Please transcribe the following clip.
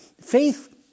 Faith